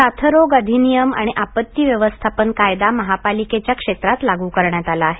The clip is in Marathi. साथरोग अधिनियम आणि आपत्ती व्यवस्थापन कायदा महापालिकेच्या क्षेत्रात लागू करण्यात आला आहे